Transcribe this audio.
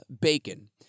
bacon